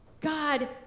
God